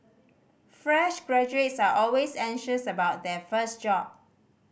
fresh graduates are always anxious about their first job